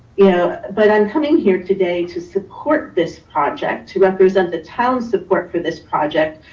yeah but i'm coming here today to support this project, to represent the town support for this project,